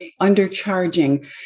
undercharging